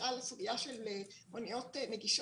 למשל הסוגיה של מוניות נגישות,